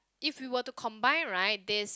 if we were to combine right this